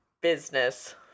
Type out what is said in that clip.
business